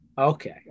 Okay